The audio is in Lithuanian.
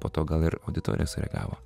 po to gal ir auditorija sureagavo